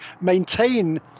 maintain